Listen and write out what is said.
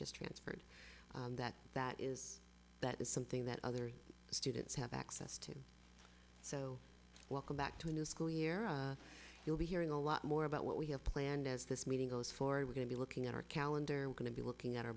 just transferred that that is that is something that other students have access to so welcome back to a new school year you'll be hearing a lot more about what we have planned as this meeting goes forward we're going to be looking at our calendar we're going to be looking at our